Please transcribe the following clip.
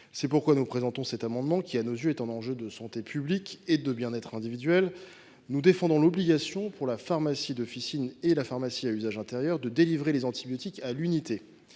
C’est pourquoi nous présentons cet amendement, qui représente à nos yeux un enjeu de santé publique et de bien être individuel. Nous défendons l’obligation, pour la pharmacie d’officine et la pharmacie à usage intérieur, de délivrer les antibiotiques à l’unité.